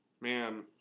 man